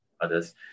others